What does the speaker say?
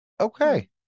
Okay